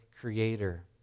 Creator